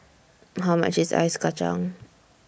How much IS Ice Kachang